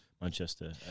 Manchester